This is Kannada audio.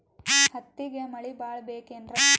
ಹತ್ತಿಗೆ ಮಳಿ ಭಾಳ ಬೇಕೆನ್ರ?